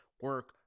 Work